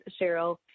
Cheryl